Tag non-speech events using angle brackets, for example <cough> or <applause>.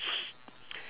<noise>